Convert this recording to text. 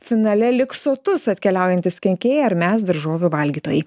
finale liks sotus atkeliaujantys kenkėjai ar mes daržovių valgytojai